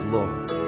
Lord